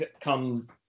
come